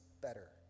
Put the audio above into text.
better